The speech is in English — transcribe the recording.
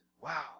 Wow